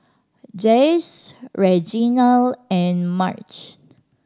Jase Reginald and Marge